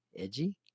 edgy